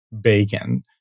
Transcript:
bacon